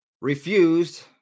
refused